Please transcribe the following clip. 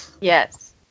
Yes